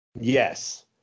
Yes